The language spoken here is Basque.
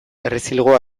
errezilgo